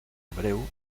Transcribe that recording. abreu